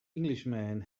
englishman